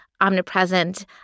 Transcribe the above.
omnipresent